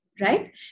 right